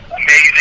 amazing